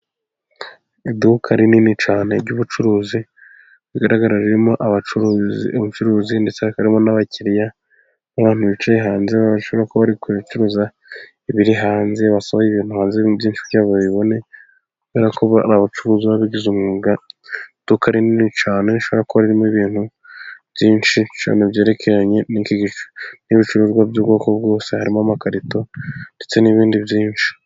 Iduka rinini cyane ry'ubucuruzi bigaragara ririmo abacuru ubucuruzi, ndetse hakamo n'abakiriya. Abantu bicaye hanze . Basohobora ku bicuruza ibiri hanze basohora ibintu hanze byinshi kugira babibone kubera ko abacuruzi babigize umwuga. Iduka rinini cyane rishobora kuba ririmo ibintu byerekeranye n'ibicuruzwa by'ubwoko bwose harimo amakarito ndetse n'ibindi byinshi.